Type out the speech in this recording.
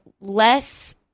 Less